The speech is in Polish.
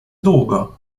długo